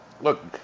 Look